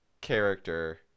character